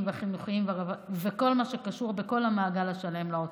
והחינוכיים וכל מה שקשור בכל המעגל השלם לעוטף.